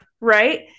Right